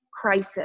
crisis